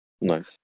Nice